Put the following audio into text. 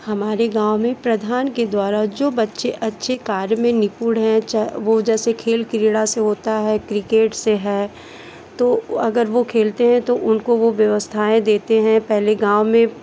हमारे गाँव में प्रधान के द्वारा जो बच्चे अच्छे कार्य में निपुण हो वो चाहे जैसे खेल क्रीड़ा से होता है क्रिकेट से है तो अगर वो खेलते है तो उनको वो व्यवस्थाएँ देते हैं पहले गाँव में